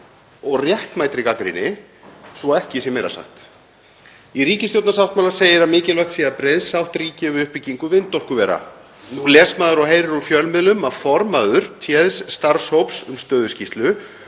og réttmætri gagnrýni, svo ekki sé meira sagt. Í ríkisstjórnarsáttmála segir að mikilvægt sé að breið sátt ríki um uppbyggingu vindorkuvera. Nú les maður og heyrir úr fjölmiðlum að formaður téðs starfshóps um stöðuskýrslu